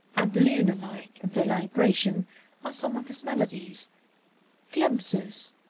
and lunar-like in their libration are some of his melodies glimpses,